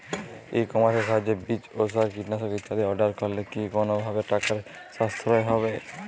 ই কমার্সের সাহায্যে বীজ সার ও কীটনাশক ইত্যাদি অর্ডার করলে কি কোনোভাবে টাকার সাশ্রয় হবে?